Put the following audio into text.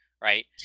right